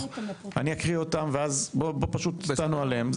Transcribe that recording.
אני אקריא אותן, ואז פשוט תענו עליהן.